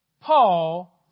Paul